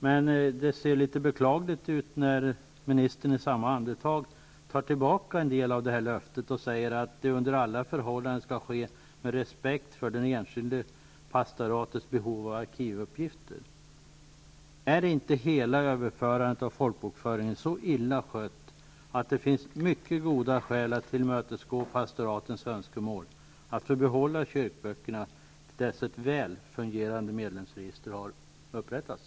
Men det verkar litet beklagligt när ministern i samma andetag tar tillbaka en del av löftet och säger att det under alla förhållanden skall ske med respekt för det enskilda pastoratets behov av arkivuppgifter. Är inte hela överförandet av folkbokföringen så illa skött att det finns mycket goda skäl att tillmötesgå pastoratens önskemål att få behålla kyrkböckerna till dess att ett väl fungerande medlemsregister har upprättats?